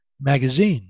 Magazine